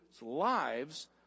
lives